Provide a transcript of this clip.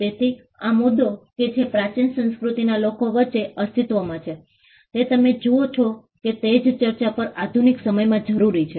તેથી આ મુદ્દો કે જે પ્રાચીન સંસ્કૃતિના લોકો વચ્ચે અસ્તિત્વમાં છે તે તમે જુઓ છો કે તે જ ચર્ચા પણ આધુનિક સમયમાં જરૂરી છે